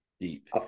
Deep